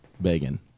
begging